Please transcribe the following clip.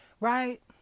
right